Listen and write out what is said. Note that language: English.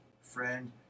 friend